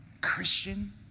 Christian